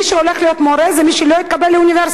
מי שהולך להיות מורה זה מי שלא התקבל לאוניברסיטה.